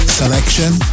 selection